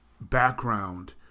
background